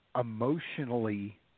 emotionally